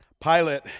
Pilate